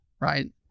right